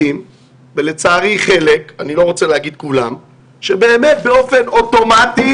לצערי חלק מהשופטים, לא כולם, שבאמת באופן אוטומטי